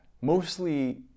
Mostly